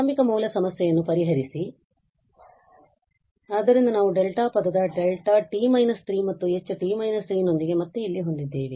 ಆರಂಭಿಕ ಮೌಲ್ಯ ಸಮಸ್ಯೆಯನ್ನು ಪರಿಹರಿಸಿ ಆದ್ದರಿಂದ ನಾವು ಡೆಲ್ಟಾ ಪದವಾದ δt − 3 ಮತ್ತು Ht − 3 ನೊಂದಿಗೆ ಮತ್ತೆ ಇಲ್ಲಿ ಹೊಂದಿದ್ದೇವೆ